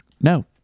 No